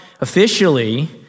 officially